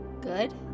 Good